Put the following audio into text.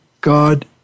God